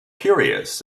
curious